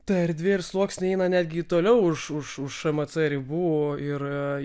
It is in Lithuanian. ta erdvė ir sluoksniai eina netgi toliau už už už šmc ribų ir